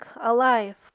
alive